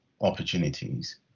opportunities